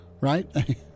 right